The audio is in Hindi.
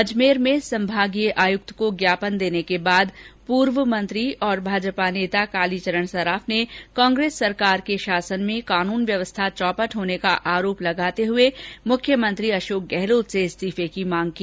अजमेर में संभागीय आयुक्त को ज्ञापन देने के बाद पूर्व मंत्री और भाजपा नेता कालीचरण सराफ ने कांग्रेस सरकार शासन में कानून व्यवस्था चौपट होने का आरोप लगाते हुए मुख्यमंत्री अशोक गहलोत से इस्तीफे की मांग की